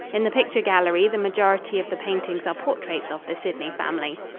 in the picture gallery the majority of the paintings are portraits of the sidney family.